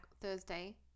thursday